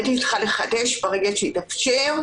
הייתי צריכה לחדש ברגע שהתאפשר.